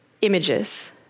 images